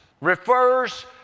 refers